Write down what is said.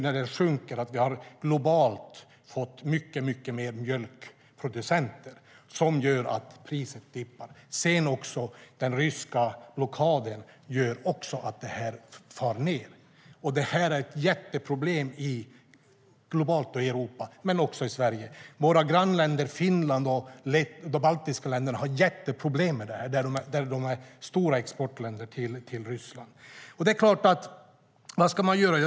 När det nu globalt finns fler mjölkproducenter dippar priset. Den ryska blockaden gör också att priset sjunker. Det är ett stort problem globalt i Europa och i Sverige. Vårt grannland Finland och de baltiska länderna har stora problem eftersom de är stora exportländer till Ryssland. Vad ska göras?